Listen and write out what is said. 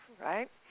right